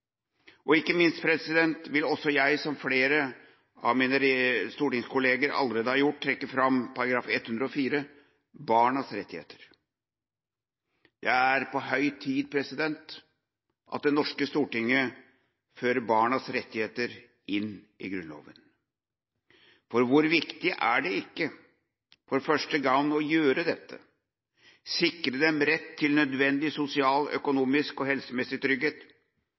vil. Ikke minst vil også jeg, som flere av mine stortingskolleger allerede har gjort, trekke fram § 104, om barnas rettigheter. Det er på høy tid at det norske stortinget fører barnas rettigheter inn i Grunnloven. For hvor viktig er det ikke for første gang å gjøre dette – sikre dem rett til nødvendig sosial, økonomisk og helsemessig trygghet,